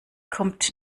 kommt